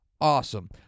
awesome